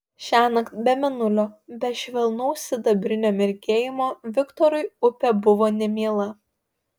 šiąnakt be mėnulio be švelnaus sidabrinio mirgėjimo viktorui upė buvo nemiela